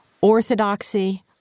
Orthodoxy